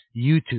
YouTube